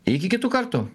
iki kitų kartų